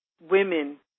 women